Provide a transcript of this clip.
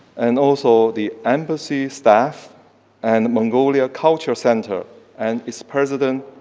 and also the embassy staff and mongolian cultural center and its president,